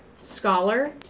scholar